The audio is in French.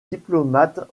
diplomates